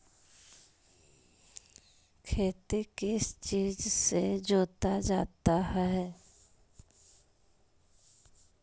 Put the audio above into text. खेती किस चीज से जोता जाता है?